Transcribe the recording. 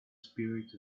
spirits